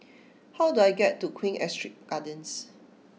how do I get to Queen Astrid Gardens